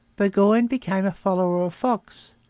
burgoyne became a follower of fox.